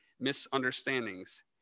misunderstandings